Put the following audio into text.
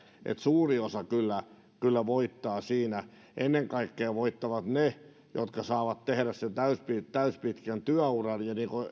suuri osa kyllä kyllä voittaa siinä ennen kaikkea voittavat ne jotka saavat tehdä sen täyspitkän täyspitkän työuran ja niin kuin